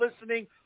listening